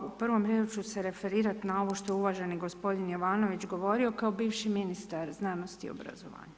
U prvom redu ću se referirat na ovo što je uvaženi gospodin Jovanović govorio kao bivši ministar znanosti i obrazovanja.